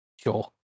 Sure